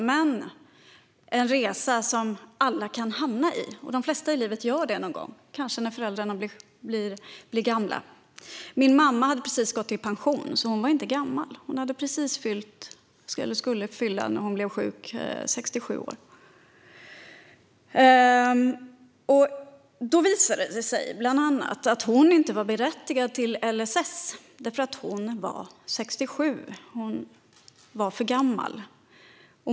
Men detta är en resa som alla kan hamna i. De flesta gör det också någon gång, kanske när föräldrarna blir gamla. Min mamma hade precis gått i pension, så hon var inte gammal. Hon skulle precis fylla 67 år när hon blev sjuk. Då visade det sig bland annat att hon inte var berättigad till LSS eftersom hon var för gammal.